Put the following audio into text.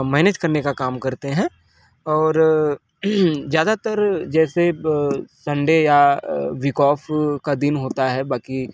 manage करने का काम करते हैं और ज्यादातर जैसे ब संडे या वीक ऑफ का दिन होता है बाकी